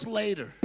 later